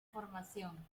formación